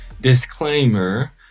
disclaimer